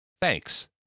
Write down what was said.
Thanks